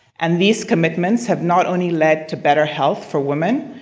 and these commitments have not only led to better health for women,